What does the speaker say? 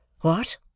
What